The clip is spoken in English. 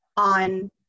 On